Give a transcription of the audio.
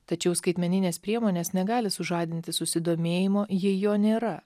tačiau skaitmeninės priemonės negali sužadinti susidomėjimo jei jo nėra